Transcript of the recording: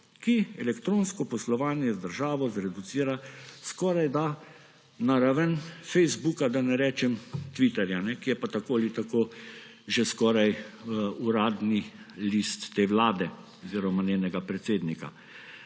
ki elektronsko poslovanje z državo zreducira skorajda na raven Facebooka, da ne rečem Twitterja, ki je pa tako ali tako že skoraj uradni list te vlade oziroma njenega predsednika.